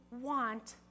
want